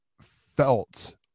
felt